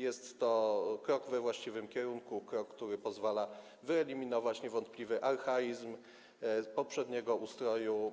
Jest to krok we właściwym kierunku, krok, który pozwala wyeliminować niewątpliwy archaizm poprzedniego ustroju,